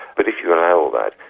but if you allow all that,